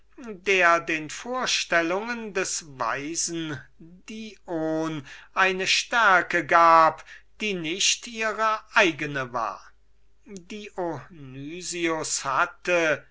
der den vorstellungen des weisen dion eine stärke gab die nicht ihre eigene war dionysius hatte